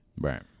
Right